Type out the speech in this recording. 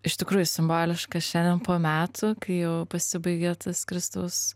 iš tikrųjų simboliška šiandien po metų kai jau pasibaigė tas kristaus